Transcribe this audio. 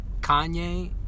Kanye